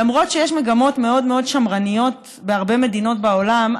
למרות שיש מגמות מאוד מאוד שמרניות בהרבה מדינות בעולם,